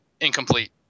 Incomplete